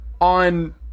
on